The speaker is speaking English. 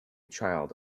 child